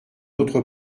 autre